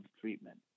treatment